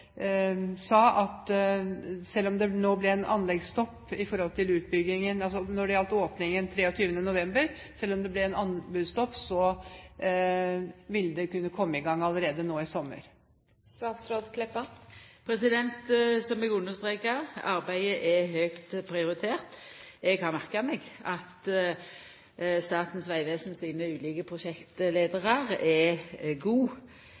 sa at selv om det nå ble anleggsstopp i utbyggingen – altså i forhold til åpningen 23. november – ville det kunne komme i gang allerede nå i sommer. Som eg understreka, arbeidet er høgt prioritert. Eg har merka meg at Statens vegvesen sine ulike